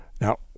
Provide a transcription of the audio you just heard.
Now